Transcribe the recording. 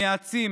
מייעצים,